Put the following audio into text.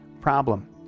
problem